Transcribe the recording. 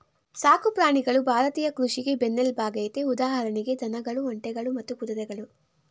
ಸಾಕು ಪ್ರಾಣಿಗಳು ಭಾರತೀಯ ಕೃಷಿಗೆ ಬೆನ್ನೆಲ್ಬಾಗಯ್ತೆ ಉದಾಹರಣೆಗೆ ದನಗಳು ಒಂಟೆಗಳು ಮತ್ತೆ ಕುದುರೆಗಳು